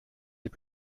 est